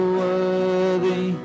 worthy